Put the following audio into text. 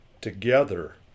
together